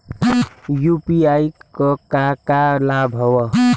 UPI क का का लाभ हव?